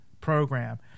program